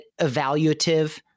evaluative